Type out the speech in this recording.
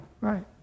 Right